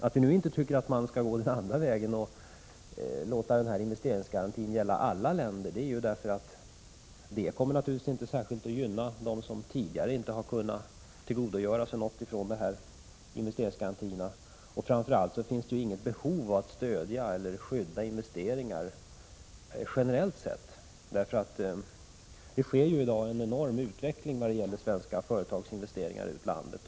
Att vi inte tycker att man skall gå den andra vägen och låta investeringsgarantin gälla alla länder beror på att det inte kommer att gynna de länder som tidigare inte har kunnat tillgodogöra sig investeringsgarantierna. Framför allt finns det inget behov av att stödja eller skydda investeringar generellt sett. Det sker i dag en enorm utveckling av svenska företags investeringar i utlandet.